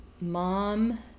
mom